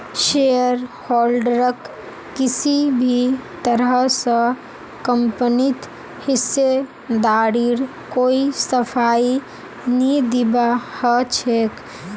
शेयरहोल्डरक किसी भी तरह स कम्पनीत हिस्सेदारीर कोई सफाई नी दीबा ह छेक